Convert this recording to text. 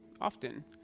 Often